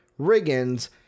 Riggins